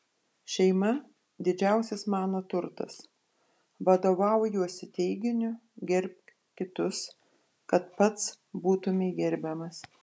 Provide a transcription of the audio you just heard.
šeima didžiausias mano turtas vadovaujuosi teiginiu gerbk kitus kad pats būtumei gerbiamas